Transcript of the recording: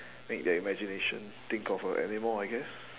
make their imagination think of a animal I guess